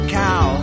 cow